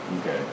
Okay